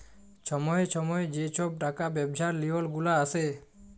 ছময়ে ছময়ে যে ছব টাকা ব্যবছার লিওল গুলা আসে